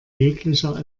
jeglicher